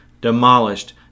demolished